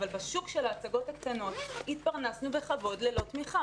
אבל בשוק של ההצגות הקטנות התפרנסנו בכבוד ללא תמיכה.